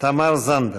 תמר זנדברג.